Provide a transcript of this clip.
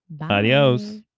Adios